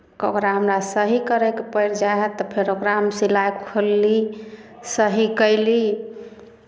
ओकरा हमरा सही करयके पड़ि जाइ हए तऽ फेर ओकरा हम सिलाइ खोलली सही कयली